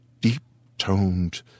deep-toned